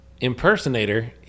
impersonator